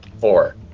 Four